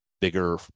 bigger